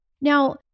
Now